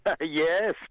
Yes